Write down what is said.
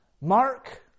Mark